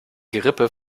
gerippe